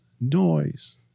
noise